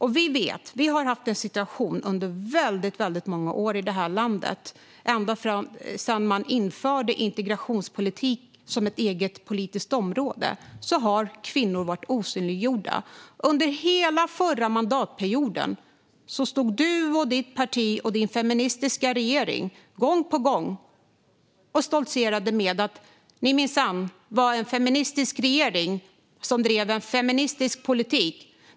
Vi vet att vi har haft en situation under väldigt många år i det här landet, ända sedan man införde integrationspolitik som ett eget politiskt område, där kvinnor har varit osynliggjorda. Under hela förra mandatperioden stod du och ditt parti och din feministiska regering gång på gång och stoltserade med att ni minsann var en feministisk regering som drev en feministisk politik.